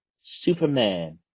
Superman